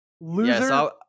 Loser